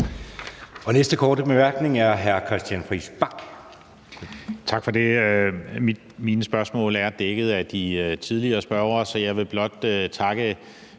Friis Bach. Kl. 17:30 Christian Friis Bach (RV): Tak for det. Mine spørgsmål er dækket af de tidligere spørgere, så jeg vil blot takke